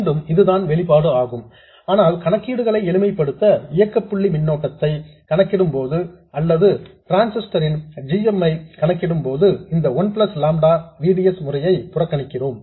மீண்டும் இதுதான் வெளிப்பாடு ஆகும் ஆனால் கணக்கீடுகளை எளிமைப்படுத்த இயக்கப் புள்ளி மின்னோட்டத்தை கணக்கிடும்போது அல்லது டிரான்சிஸ்டர் ன் g m ஐ கணக்கிடும் போது இந்த one plus lambda V D S முறையை புறக்கணிக்கிறோம்